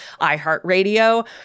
iHeartRadio